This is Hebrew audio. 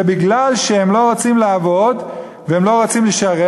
וזה מפני שהם לא רוצים לעבוד והם לא רוצים לשרת.